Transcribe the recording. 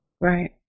right